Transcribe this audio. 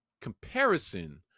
comparison